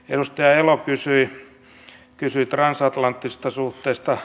edustaja elo kysyi transatlanttisista suhteista